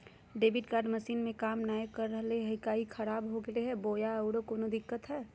Debit card machine में काम नाय कर रहले है, का ई खराब हो गेलै है बोया औरों कोनो दिक्कत है?